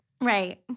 Right